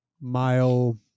mile